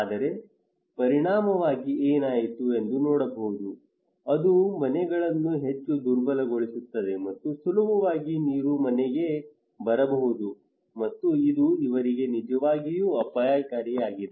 ಆದರೆ ಪರಿಣಾಮವಾಗಿ ಏನಾಯಿತು ಎಂದು ನೋಡಬಹುದು ಅದು ಮನೆಗಳನ್ನು ಹೆಚ್ಚು ದುರ್ಬಲಗೊಳಿಸುತ್ತದೆ ಮತ್ತು ಸುಲಭವಾಗಿ ನೀರು ಮನೆಗೆ ಬರಬಹುದು ಮತ್ತು ಇದು ಅವರಿಗೆ ನಿಜವಾಗಿಯೂ ಅಪಾಯಕಾರಿಯಾಗಿದೆ